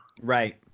Right